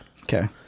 okay